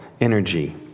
energy